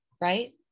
right